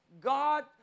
God